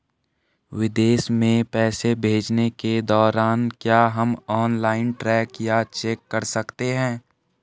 विदेश में पैसे भेजने के दौरान क्या हम ऑनलाइन ट्रैक या चेक कर सकते हैं?